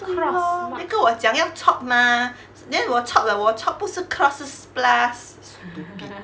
对咯 then 跟我讲要 chop mah then 我 chop 了我 chop 不是 cross 是 plus stupid